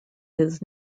his